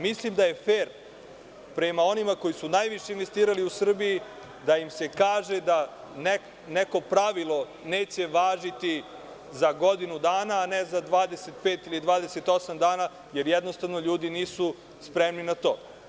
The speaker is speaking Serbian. Mislim da je fer prema onima koji su najviše investirali u Srbiji, da im se kaže da neko pravilo neće važiti za godinu dana, a ne za 25 ili 28 dana, jer jednostavno ljudi nisu spremni na to.